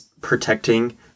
protecting